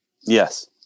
Yes